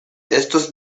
estos